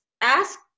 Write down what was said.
ask